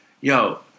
Yo